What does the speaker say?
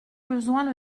besoin